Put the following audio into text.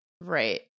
Right